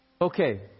Okay